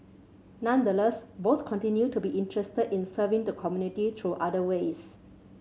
nonetheless both continue to be interested in serving the community through other ways